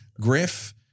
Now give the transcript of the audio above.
Griff